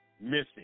missing